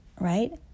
right